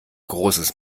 großes